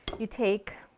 you take